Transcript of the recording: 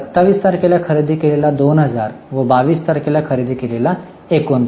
तर 27 तारखेला खरेदी केलेला 2000 व 22 तारखेला खरेदी केलेला 2900